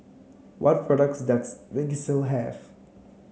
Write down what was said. what products does Vagisil have